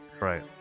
right